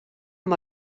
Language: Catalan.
amb